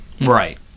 right